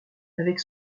avec